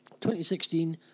2016